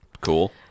Cool